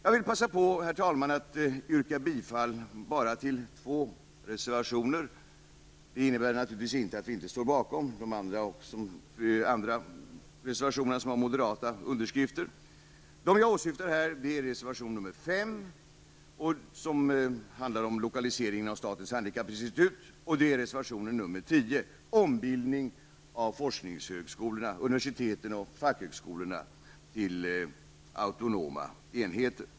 Jag vill, herr talman, passa på att yrka bifall till två reservationer, men detta innebär naturligtvis inte att vi inte står bakom de andra reservationerna som moderata samlingspartiet har fogat till betänkandet. De reservationer jag åsyftar är nr 5, som handlar om lokaliseringen av statens handikappinstitut, och nr 10, som handlar om en ombildning av forskningshögskolorna, universiteten och fackhögskolorna, till autonoma enheter.